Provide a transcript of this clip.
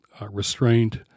restraint